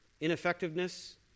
ineffectiveness